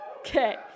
Okay